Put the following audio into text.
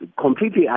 completely